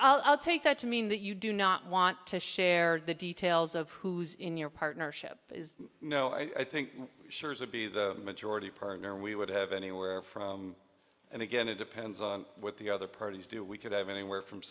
but i'll take that to mean that you do not want to share the details of who's in your partnership is no i think sure it would be the majority partner we would have anywhere from and again it depends on what the other parties do we could have anywhere from